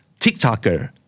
TikToker